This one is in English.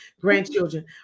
grandchildren